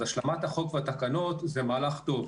אז השלמת החוק והתקנות זה מהלך טוב.